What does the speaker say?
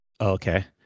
okay